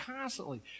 constantly